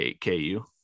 KU